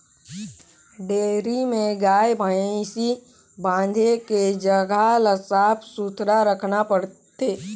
dairy में गाय, भइसी बांधे के जघा ल साफ सुथरा रखना परथे